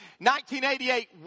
1988